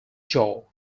jaw